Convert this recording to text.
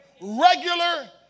Regular